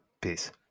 Peace